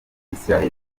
israel